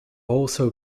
also